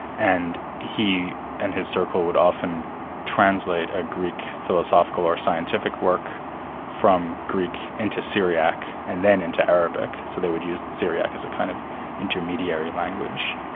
and he and his circle would often translate a greek philosophical or scientific work from greek into syriac and then into arabic. so they would use the syriac as a kind of intermediary language.